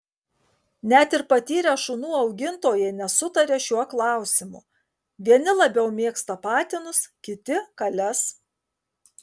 net ir patyrę šunų augintojai nesutaria šiuo klausimu vieni labiau mėgsta patinus kiti kales